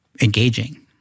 engaging